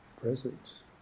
presence